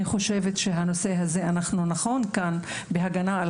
אני חושבת שנכון אנחנו כאן בהגנה על